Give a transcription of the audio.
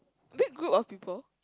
big group of people